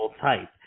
type